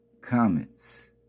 comments